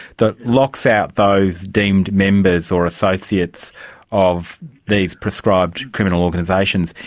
that locks out those deemed members or associates of these prescribed criminal organisations.